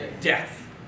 Death